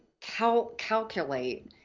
calculate